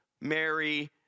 Mary